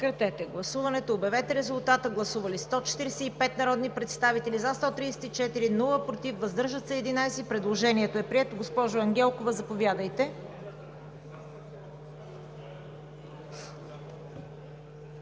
Предложението е прието. Госпожо Ангелкова, заповядайте.